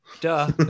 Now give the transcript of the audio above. Duh